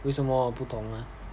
为什么不同啊